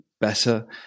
better